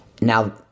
Now